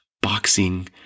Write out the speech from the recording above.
boxing